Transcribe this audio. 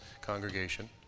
congregation